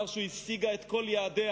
אמר שהיא השיגה את כל יעדיה.